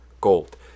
gold